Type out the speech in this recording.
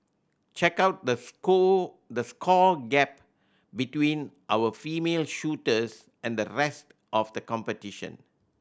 check out the the score gap between our female shooters and the rest of the competition